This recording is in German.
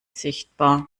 sichtbar